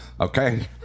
okay